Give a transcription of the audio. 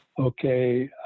okay